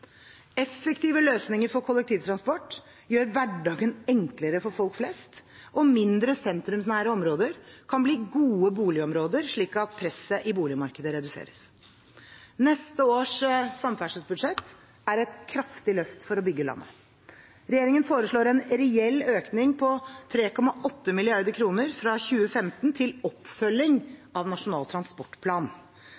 Effektive løsninger for kollektivtransport gjør hverdagen enklere for folk flest, og mindre sentrumsnære områder kan bli gode boligområder slik at presset i boligmarkedet reduseres. Neste års samferdselsbudsjett er et kraftig løft for å bygge landet. Regjeringen foreslår en reell økning på 3,8 mrd. kr fra 2015 til oppfølgingen av Nasjonal transportplan.